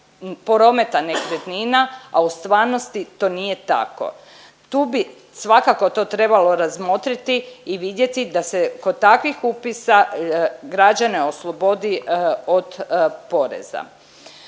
prometa nekretnina, a u stvarnosti to nije tako. Tu bi svakako to trebalo razmotriti i vidjeti da se kod takvih upisa građane oslobodi od poreza.